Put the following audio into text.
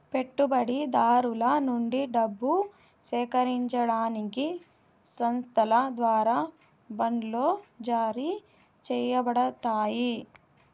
పెట్టుబడిదారుల నుండి డబ్బు సేకరించడానికి సంస్థల ద్వారా బాండ్లు జారీ చేయబడతాయి